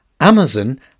Amazon